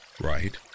right